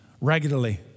Regularly